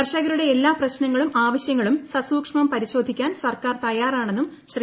കർഷകരുടെ എല്ലാ പ്രശ്നങ്ങളും ആവശൃങ്ങളും സസൂക്ഷ്മം പരിശോധിക്കാൻ സർക്കാർ തയ്യാറാണെന്നും ശ്രീ